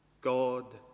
God